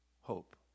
hope